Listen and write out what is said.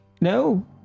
no